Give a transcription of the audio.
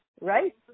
right